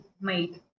made